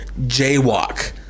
jaywalk